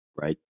right